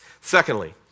Secondly